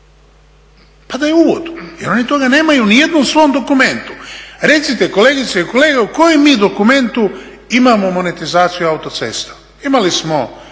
padaju u vodu, jer oni toga nemaju ni u jednom svom dokumentu. Recite kolegice i kolege u kojem mi dokumentu imamo monetizaciju autocesta? Imali smo